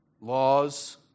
laws